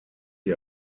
die